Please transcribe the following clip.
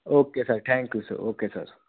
okay sir thank you sir okay sir